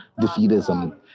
defeatism